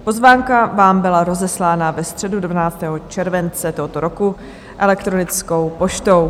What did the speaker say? Pozvánka vám byla rozeslána ve středu 12. července tohoto roku elektronickou poštou.